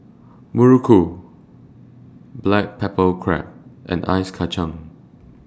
Muruku Black Pepper Crab and Ice Kachang